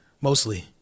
mostly